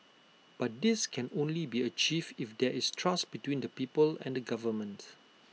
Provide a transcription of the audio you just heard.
but this can only be achieved if there is trust between the people and the government